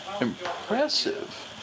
impressive